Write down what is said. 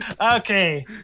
okay